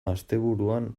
asteburuan